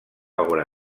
obra